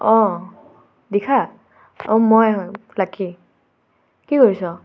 অঁ দিখা অঁ মই হয় লাকি কি কৰিছ'